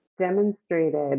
demonstrated